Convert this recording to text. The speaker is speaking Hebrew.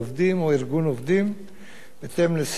בהתאם לסעיף 33יד לחוק